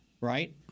right